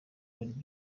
ariko